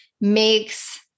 makes